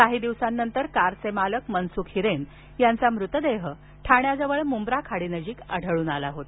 काही दिवसांनंतर कारचे मालक मनसुख हिरेन यांचा मृतदेह ठाण्याजवळ मुंब्रा खाडीनजीक आढळून आला होता